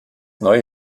neue